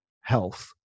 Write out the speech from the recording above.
health